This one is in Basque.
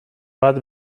bat